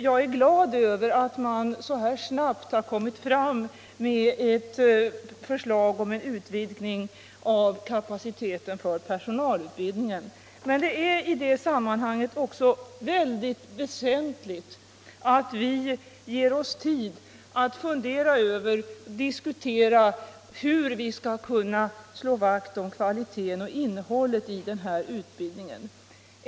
Jag är glad över att man så här snabbt framlagt ett förslag om en utvidgning av kapaciteten för personalutbildning. Men det är i sammanhanget också väsentligt att vi ger oss tid att fundera över och diskutera hur vi skall kunna slå vakt om kvaliteten och innehållet i den här utbildningen.